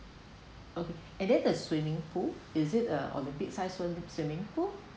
oh and then the swimming pool is it a olympic sized swimming pool